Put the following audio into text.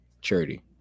charity